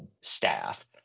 staff